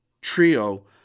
trio